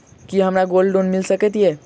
की हमरा gold loan मिल सकैत ये?